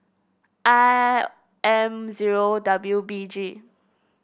I M zero W B G